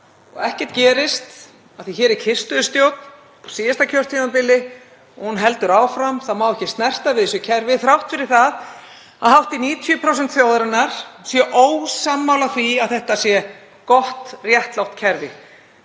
og ekkert gerist af því að hér var kyrrstöðustjórn á síðasta kjörtímabili og hún heldur áfram, það má ekki snerta við þessu kerfi þrátt fyrir það að hátt í 90% þjóðarinnar séu ósammála því að þetta sé gott, réttlátt kerfi.